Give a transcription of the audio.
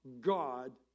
God